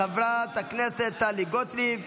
הכנסת טלי גוטליב.